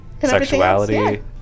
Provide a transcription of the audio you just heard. sexuality